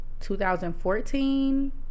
2014